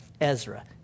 Ezra